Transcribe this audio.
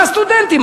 מה סטודנטים?